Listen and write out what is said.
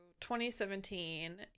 2017